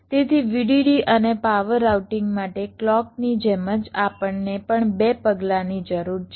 તેથી VDD અને power routing માટે ક્લૉકની જેમ જ આપણને પણ બે પગલાંની જરૂર છે